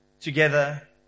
together